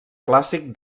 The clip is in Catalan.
clàssic